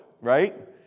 right